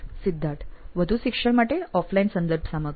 સિદ્ધાર્થ વધુ શિક્ષણ માટે ઓફલાઇન સંદર્ભ સામગ્રી